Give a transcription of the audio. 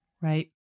Right